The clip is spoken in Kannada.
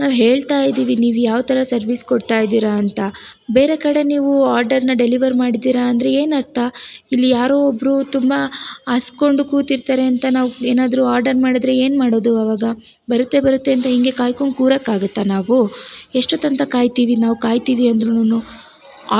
ನಾವು ಹೇಳ್ತಾಯಿದ್ದೀವಿ ನೀವು ಯಾವ ಥರ ಸರ್ವೀಸ್ ಕೊಡ್ತಾಯಿದ್ದೀರ ಅಂತ ಬೇರೆ ಕಡೆ ನೀವು ಆರ್ಡರ್ನ ಡೆಲಿವರ್ ಮಾಡಿದ್ದೀರ ಅಂದರೆ ಏನು ಅರ್ಥ ಇಲ್ಲಿ ಯಾರೋ ಒಬ್ಬರು ತುಂಬ ಹಸ್ಕೊಂಡು ಕೂತಿರ್ತಾರೆ ಅಂತ ನಾವು ಏನಾದ್ರೂ ಆರ್ಡರ್ ಮಾಡಿದ್ರೆ ಏನು ಮಾಡೋದು ಅವಾಗ ಬರುತ್ತೆ ಬರುತ್ತೆ ಅಂತ ಹೀಗೆ ಕಾಯ್ಕೊಂಡು ಕೂರೋಕ್ಕಾಗುತ್ತ ನಾವು ಎಷ್ಟೊತ್ತು ಅಂತ ಕಾಯ್ತೀವಿ ನಾವು ಕಾಯ್ತೀವಿ ಅಂದ್ರುನು